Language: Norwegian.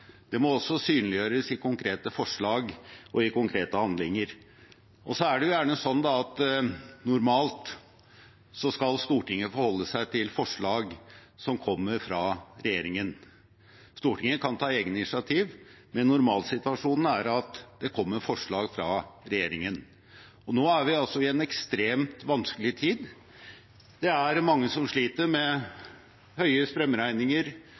Det må også synliggjøres i konkrete forslag og i konkrete handlinger. Normalt skal Stortinget forholde seg til forslag som kommer fra regjeringen. Stortinget kan ta egne initiativ, men normalsituasjonen er at det kommer forslag fra regjeringen. Nå er vi i en ekstremt vanskelig tid. Det er mange som sliter med høye strømregninger,